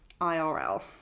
IRL